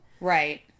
Right